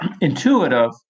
intuitive